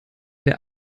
der